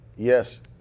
Yes